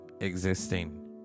existing